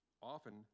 Often